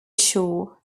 shore